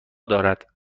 دارد